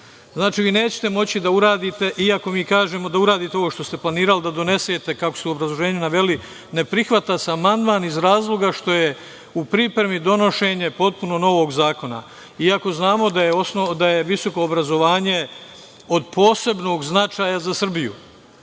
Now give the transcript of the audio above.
Znači, vi nećete moći da uradite, iako mi kažemo da uradite ovo što ste planirali, da donesete, kako ste u obrazloženju naveli – ne prihvata se amandman iz razloga što je u pripremi donošenje potpuno novog zakona. Iako znamo da je visoko obrazovanje od posebnog značaja za Srbiju,